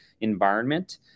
environment